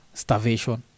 starvation